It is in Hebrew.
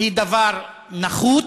היא דבר נחות,